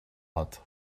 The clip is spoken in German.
hat